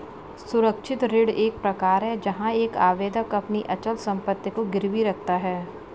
सुरक्षित ऋण एक प्रकार है जहां एक आवेदक अपनी अचल संपत्ति को गिरवी रखता है